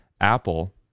Apple